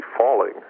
falling